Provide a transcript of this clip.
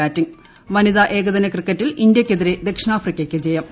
batting വനിതാ ഏകദിന ക്രിക്കറ്റിൽ ഇന്ത്യയ്ക്കെതിരെ ദക്ഷിണാഫ്രിക്കയ്ക്ക് ജയം